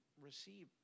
receive